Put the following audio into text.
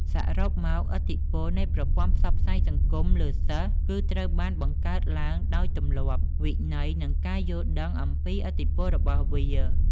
សរុបមក ឥទ្ធិពលនៃប្រព័ន្ធផ្សព្វផ្សាយសង្គមលើសិស្សគឺត្រូវបានបង្កើតឡើងដោយទម្លាប់ វិន័យ និងការយល់ដឹងអំពីឥទ្ធិពលរបស់វា។